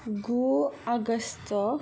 गु आगस्ट